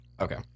Okay